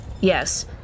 Yes